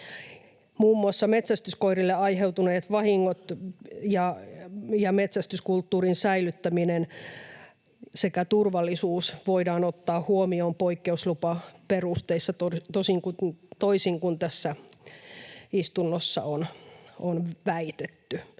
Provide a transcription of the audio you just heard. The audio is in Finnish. muun muassa metsästyskoirille aiheutuneet vahingot ja metsästyskulttuurin säilyttäminen sekä turvallisuus, voidaan ottaa huomioon poikkeuslupaperusteissa, toisin kuin tässä istunnossa on väitetty.